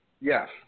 yes